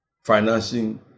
Financing